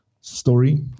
story